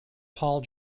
paul